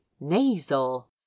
nasal